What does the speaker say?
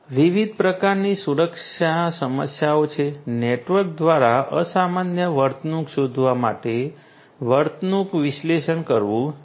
વિવિધ પ્રકારની સુરક્ષા સમસ્યાઓ છે નેટવર્ક દ્વારા અસામાન્ય વર્તણૂક શોધવા માટે વર્તણૂક વિશ્લેષણ કરવું જોઈએ